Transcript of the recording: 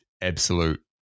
absolute